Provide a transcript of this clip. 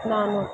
ನಾನು